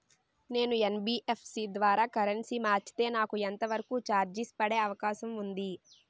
నేను యన్.బి.ఎఫ్.సి ద్వారా కరెన్సీ మార్చితే నాకు ఎంత వరకు చార్జెస్ పడే అవకాశం ఉంది?